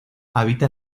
habita